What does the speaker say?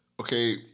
Okay